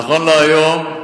נכון להיום,